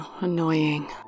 annoying